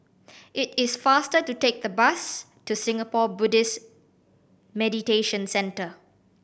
it is faster to take the bus to Singapore Buddhist Meditation Centre